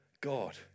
God